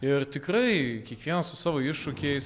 ir tikrai kiekvienas su savo iššūkiais